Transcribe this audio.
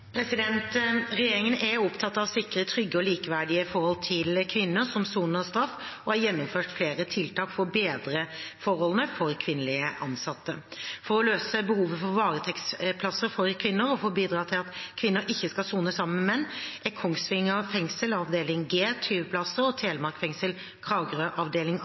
Vestlandet?» Regjeringen er opptatt av å sikre trygge og likeverdige forhold for kvinner som soner straff, og har gjennomført flere tiltak for å bedre forholdene for kvinnelige innsatte. For å løse behovet for varetektsplasser for kvinner og for å bidra til at kvinner ikke skal sone sammen med menn, er Kongsvinger fengsel, avdeling G, 20 plasser, og Telemark fengsel, Kragerø avdeling,